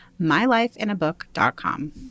MyLifeInABook.com